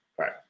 Right